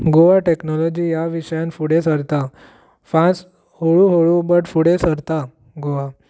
Goa technology ह्या विशयांत फुडें सरतां फास्ट हळू हळू बट फुडें सरता गोवा